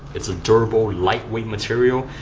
it's a durable, lightweight material.